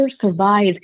survive